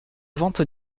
vente